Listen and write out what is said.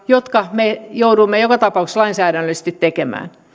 jotka me joudumme joka tapauksessa lainsäädännöllisesti tekemään